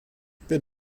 bin